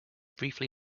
briefly